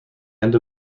end